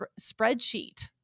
spreadsheet